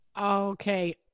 Okay